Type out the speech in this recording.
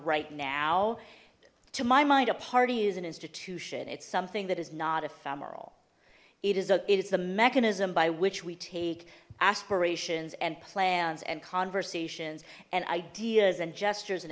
right now to my mind a party is an institution it's something that is not ephemeral it is a it's the mechanism by which we take aspirations and plans and conversations and ideas and gestures and